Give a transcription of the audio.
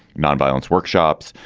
non-violence workshops.